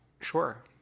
Sure